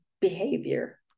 behavior